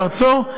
בארצו,